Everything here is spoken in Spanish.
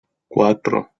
cuatro